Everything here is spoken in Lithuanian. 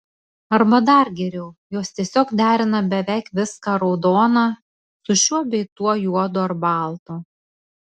arba dar geriau jos tiesiog derina beveik viską raudoną su šiuo bei tuo juodu ar baltu